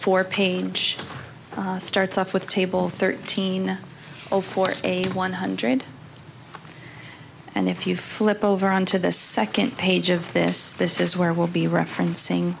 four page starts off with table thirteen of forty eight one hundred and if you flip over on to the second page of this this is where i will be referencing